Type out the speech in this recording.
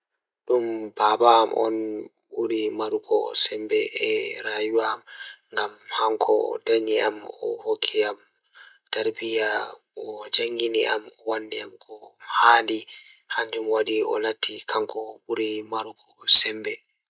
So tawii miɗo waɗa njam ngal, mi waɗataa waawi njiddaade fiyaangu ngal moƴƴaare. So tawii no waawataa ngoodi heewi ngal, mi waɗataa kañum njiddaade ngal fiyaangu.